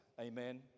Amen